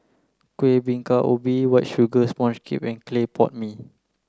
Kueh Bingka Ubi white sugar sponge cake and Clay Pot Mee